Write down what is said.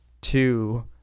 two